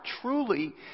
truly